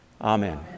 Amen